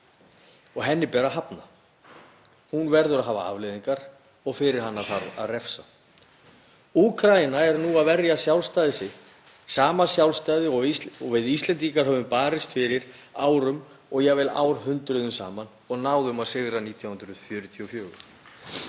og henni ber að hafna. Hún verður að hafa afleiðingar og fyrir hana þarf að refsa. Úkraína er nú að verja sjálfstæði sitt, sama sjálfstæði og við Íslendingar höfum barist fyrir árum og jafnvel árhundruðum saman og náðum að sigra 1944.